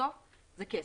בסוף זה כסף.